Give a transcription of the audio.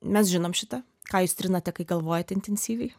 mes žinom šitą ką jūs trinate kai galvojate intensyviai